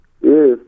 Yes